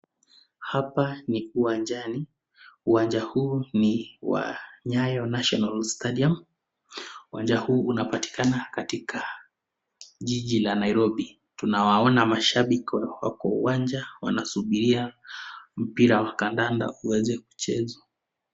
Hapa ni kiwanjani. Uwanja huu ni wa Nyayo National Stadium, uwanja huu unapatakina katika jiji la Nairobi. Tunawaona mashabiki kwa uwanja wanasubiria mpira wa kandanda uweze kuchezwa.